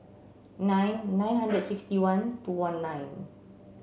nine nine hundred sixty one two one nine